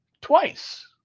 Twice